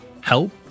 help